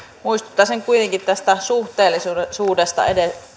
muistuttaisin kuitenkin tästä suhteellisuudesta